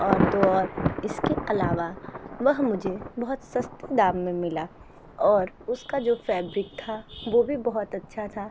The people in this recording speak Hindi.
और तो और इसके अलावा वह मुझे बहुत सस्ते दाम में मिला और उसका जो फैब्रिक था वो भी बहुत अच्छा था